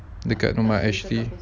dekat R_H_B